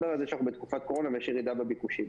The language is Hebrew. בתקופת הקורונה יש ירידה בביקושים.